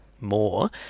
more